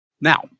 Now